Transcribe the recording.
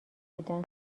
بودم